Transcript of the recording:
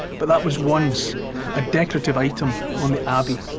but that was once a decorative item on the abbey.